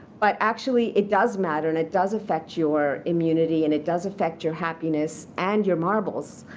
but actually, it does matter. and it does affect your immunity, and it does affect your happiness and your marbles.